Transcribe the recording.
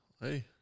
Hey